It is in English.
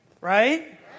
Right